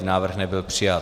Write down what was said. Návrh nebyl přijat.